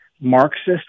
Marxist